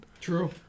True